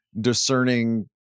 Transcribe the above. discerning